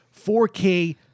4K